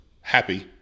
happy